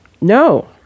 No